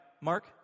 Mark